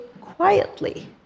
quietly